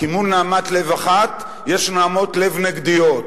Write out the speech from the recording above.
כמו נהמת לב אחת יש נהמות לב נגדיות.